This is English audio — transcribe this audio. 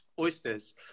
oysters